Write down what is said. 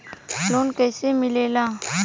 Loan कईसे मिलेला?